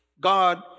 God